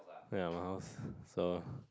then my house so